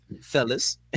fellas